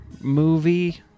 movie